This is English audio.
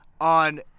on